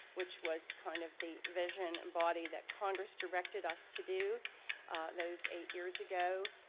which was kind of the vision and body that congress directed us to do those eight years ago.